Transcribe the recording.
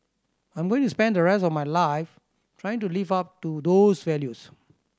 I'm going to spend the rest of my life trying to live up to those values